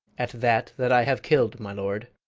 at that that i have kill'd, my lord